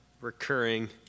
recurring